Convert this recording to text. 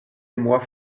émoi